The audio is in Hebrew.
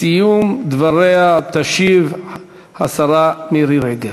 בסיום דבריה תשיב השרה מירי רגב,